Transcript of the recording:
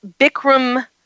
Bikram